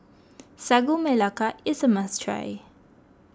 Sagu Melaka is a must try